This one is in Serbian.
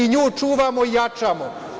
Nju čuvamo i jačamo.